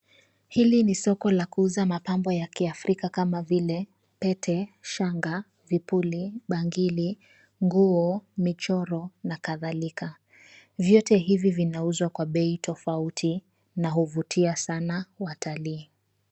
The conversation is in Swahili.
Hili ni soko la kuuza mapambo ya kiafrika kama vile pete, shanga, vipuli, bangili, nguo, michoro na kadhalika. Vyote hivi vinauzwa kwa bei tofauti na huvutia sana watalii.